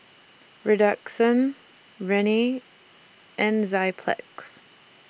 Redoxon Rene and Enzyplex